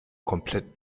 komplett